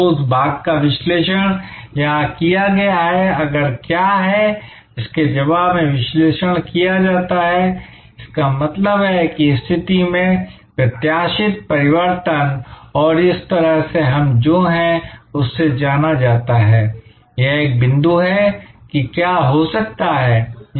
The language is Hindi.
तो उस भाग का विश्लेषण यहां किया गया है अगर क्या है तो इसके जवाब में विश्लेषण किया जाता है इसका मतलब है कि स्थिति में प्रत्याशित परिवर्तन और इस तरह से हम जो है उससे जाना जाता है यह एक बिंदु है कि क्या हो सकता है